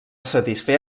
satisfer